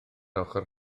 ochr